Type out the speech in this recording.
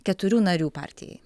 keturių narių partijai